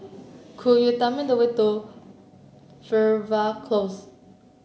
could you tell me the way to Fernvale Close